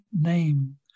name